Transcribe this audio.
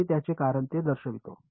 मी त्यांचे काय ते दर्शवितो